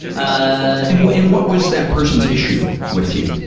ah and what and what was that person's issue with you?